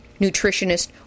nutritionist